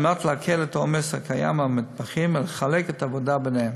על מנת להקל את העומס הקיים על המתמחים ולחלק את העבודה ביניהם.